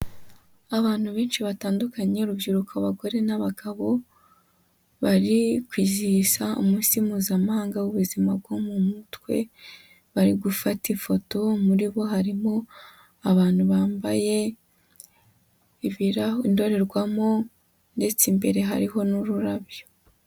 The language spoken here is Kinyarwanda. Abantu benshi batandukanye, urubyiruko, abagore n'abagabo, bari kwizihiza umunsi mpuzamahanga w'ubuzima bwo mu mutwe, bari gufata ifoto, muri bo harimo abantu bambaye indorerwamo ndetse imbere hariho n'ururabyo.